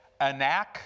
Anak